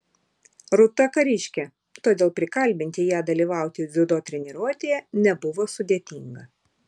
rūta kariškė todėl prikalbinti ją dalyvauti dziudo treniruotėje nebuvo sudėtinga